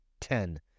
Ten